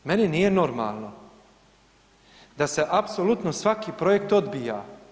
Meni nije normalno da se apsolutno svaki projekat odbija.